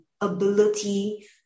ability